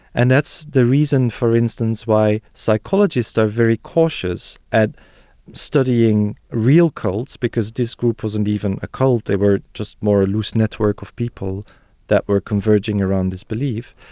and that's the reason, for instance, why psychologists are very cautious at studying real cults because this group wasn't even a cult, they were just more a loose network of people that were converging around this belief,